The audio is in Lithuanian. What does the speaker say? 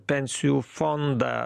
pensijų fondą